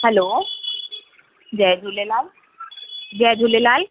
hello जय झूलेलाल जय झूलेलाल